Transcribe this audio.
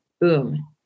Boom